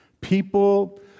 people